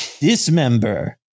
Dismember